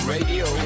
Radio